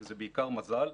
זה בעיקר מזל,